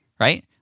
right